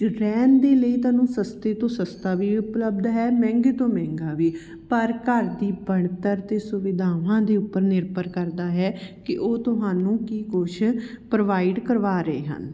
ਰਹਿਣ ਦੇ ਲਈ ਤੁਹਾਨੂੰ ਸਸਤੇ ਤੋਂ ਸਸਤਾ ਵੀ ਉਪਲਬਧ ਹੈ ਮਹਿੰਗੇ ਤੋਂ ਮਹਿੰਗਾ ਵੀ ਪਰ ਘਰ ਦੀ ਬਣਤਰ ਅਤੇ ਸੁਵਿਧਾਵਾਂ ਦੇ ਉੱਪਰ ਨਿਰਭਰ ਕਰਦਾ ਹੈ ਕਿ ਉਹ ਤੁਹਾਨੂੰ ਕੀ ਕੁਛ ਪ੍ਰੋਵਾਈਡ ਕਰਵਾ ਰਹੇ ਹਨ